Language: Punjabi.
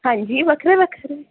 ਹਾਂਜੀ ਵੱਖਰੇ ਵੱਖਰੇ